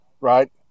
right